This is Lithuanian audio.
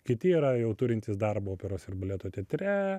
kiti yra jau turintys darbą operos ir baleto teatre